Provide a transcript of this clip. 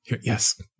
Yes